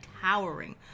towering